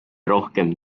rohkem